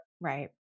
right